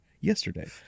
yesterday